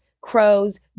crows